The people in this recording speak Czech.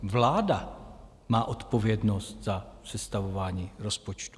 Vláda má odpovědnost za sestavování rozpočtu.